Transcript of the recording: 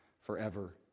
forever